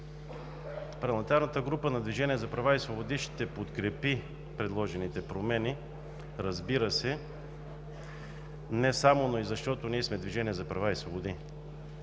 Парламентарната група на „Движение за права и свободи“ ще подкрепи предложените промени, разбира се не само, но и защото ние сме Движение за права и свободи.